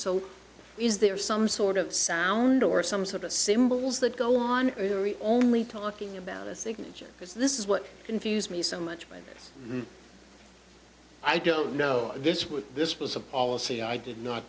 so is there some sort of sound or some sort of symbols that go on only talking about a signature because this is what confused me so much mike i don't know this was this was a policy i did not